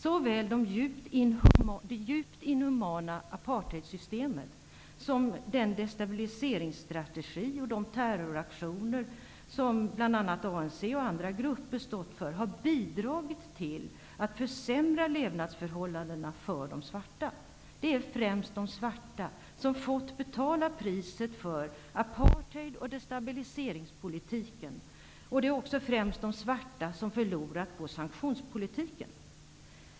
Såväl det djupt inhumana apartheidsystemet som den destabiliseringsstrategi och de terroraktioner som bl.a. ANC och andra grupper stått för har bidragit till att försämra levnadsförhållandena för de svarta. Det är främst de svarta som har fått betala priset för apartheid och destabiliseringspolitiken. Det är också främst de svarta som förlorat på sanktionspolitiken.